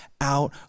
out